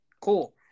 cool